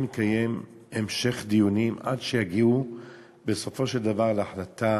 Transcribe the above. להמשיך בדיונים עד שיגיעו בסופו של דבר להחלטה